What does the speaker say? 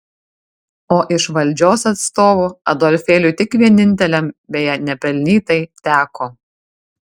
o iš valdžios atstovų adolfėliui tik vieninteliam beje nepelnytai teko